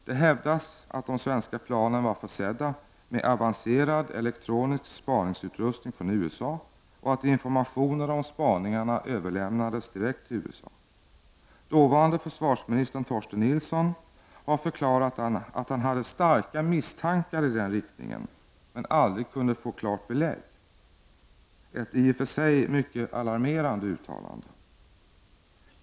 Det hävdas att de svenska planen var försedda med avancerad elektronisk spaningsutrustning från USA och att informationen om spaningarna överlämnades direkt till USA. Dåvarande försvarsministern, Torsten Nilsson, har förklarat att han hade starka misstankar i den riktningen, men aldrig kunde få klart belägg. Det är ett i och för sig mycket alarmerande uttalande.